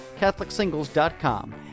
CatholicSingles.com